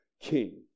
King